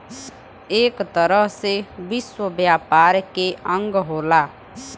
एक तरह से विश्व व्यापार के अंग होला